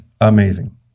amazing